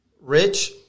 Rich